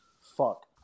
Fuck